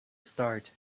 start